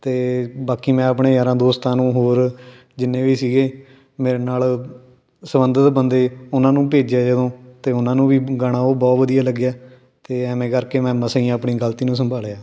ਅਤੇ ਬਾਕੀ ਮੈਂ ਆਪਣੇ ਯਾਰਾਂ ਦੋਸਤਾਂ ਨੂੰ ਹੋਰ ਜਿੰਨੇ ਵੀ ਸੀਗੇ ਮੇਰੇ ਨਾਲ ਸੰਬੰਧਿਤ ਬੰਦੇ ਉਹਨਾਂ ਨੂੰ ਭੇਜਿਆ ਜਦੋਂ ਅਤੇ ਉਹਨਾਂ ਨੂੰ ਵੀ ਗਾਣਾ ਉਹ ਬਹੁਤ ਵਧੀਆ ਲੱਗਿਆ ਅਤੇ ਐਵੇਂ ਕਰਕੇ ਮੈਂ ਮਸਾਂ ਹੀ ਆਪਣੀ ਗਲਤੀ ਨੂੰ ਸੰਭਾਲਿਆ